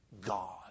God